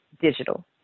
digital